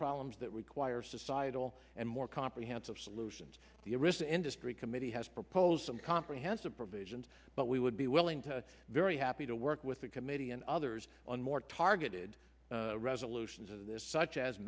problems that require societal and more comprehensive solutions the arista industry committee has proposed some comprehensive provisions but we would be willing to very happy to work with the committee and others on more targeted resolutions of this such as